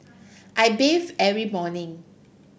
I bathe every morning